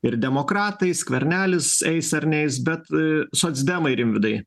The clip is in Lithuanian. ir demokratai skvernelis eis ar neis bet socdemai rimvydai